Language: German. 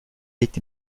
liegt